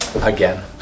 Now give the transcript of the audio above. again